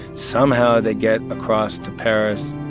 somehow, they get across to paris.